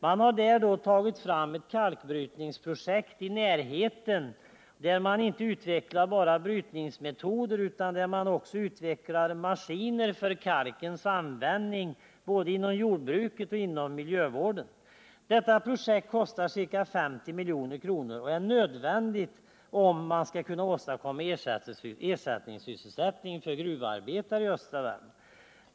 Man har då tagit fram ett kalkbrytningsprojekt i närheten, där inte bara nya brytningsmetoder utvecklas, utan där också maskiner för kalkens användning inom jordbruk och miljövård utvecklas. Detta projekt kostar ca 50 milj.kr., och det är nödvändigt att genomföra det, om man skall kunna åstadkomma ersättningssysselsättning för gruvarbetare i östra Värmland.